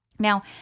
Now